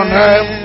name